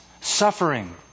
suffering